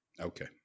Okay